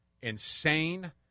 insane